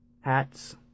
Hats